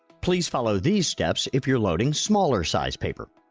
please follow these steps if you're loading smaller size paper.